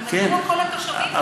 אבל מדוע כל התושבים צריכים להיענש?